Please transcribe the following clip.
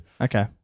Okay